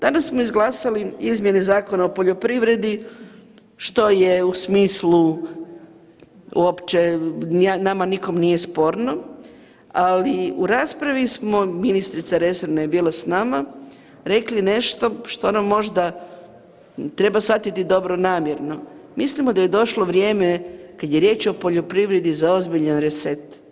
Danas smo izglasali izmjene Zakona o poljoprivredi što je u smislu uopće nama nikom nije sporno, ali u raspravi smo ministrica resorna je bila s nama, rekli nešto što nam možda treba shvatiti dobronamjerno, mislimo da je došlo vrijeme kad je riječ o poljoprivredi za ozbiljan reset.